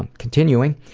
and continuing.